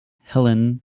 helene